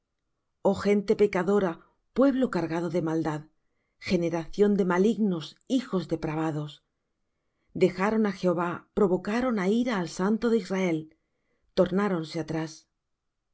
oh gente pecadora pueblo cargado de maldad generación de malignos hijos depravados dejaron á jehová provocaron á ira al santo de israel tornáronse atrás